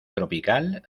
tropical